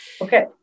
Okay